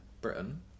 Britain